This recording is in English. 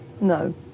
No